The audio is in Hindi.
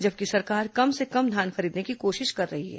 जबकि सरकार कम से कम धान खरीदने की कोशिश कर रही है